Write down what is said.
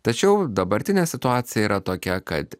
tačiau dabartinė situacija yra tokia kad